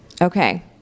Okay